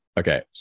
Okay